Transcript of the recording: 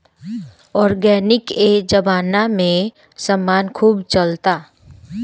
organic ए जबाना में समान खूब चलता